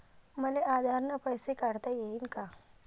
मले आधार न पैसे काढता येईन का?